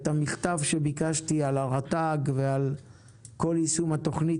את המכתב שביקשתי על הרט"ג ועל כל יישום התוכנית